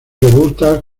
robustas